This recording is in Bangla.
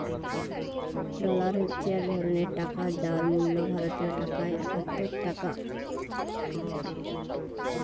ডলার হচ্ছে এক ধরণের টাকা যার মূল্য ভারতীয় টাকায় একাত্তর টাকা